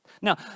Now